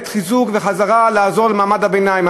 את החיזוק והחזרה לעזור למעמד הביניים.